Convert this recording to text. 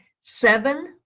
seven